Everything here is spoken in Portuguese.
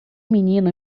menino